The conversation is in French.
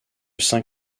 saint